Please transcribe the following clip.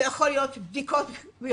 זה יכול להיות בדיקות ראייה,